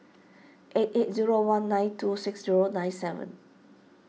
eight eight zero one nine two six zero nine seven